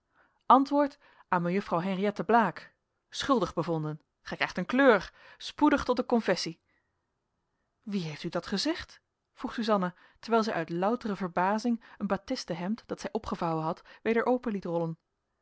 antwoord aan mejuffrouw henriëtte blaek schuldig bevonden gij krijgt een kleur spoedig tot de confessie wie heeft u dat gezegd vroeg suzanna terwijl zij uit loutere verbazing een batisten hemd dat zij opgevouwen had weder open liet rollen